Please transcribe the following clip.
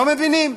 לא מבינים.